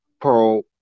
pro